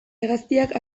hegaztiak